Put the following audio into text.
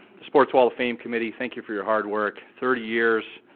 sports wall of fame committee, thank you for your hard work, thirty years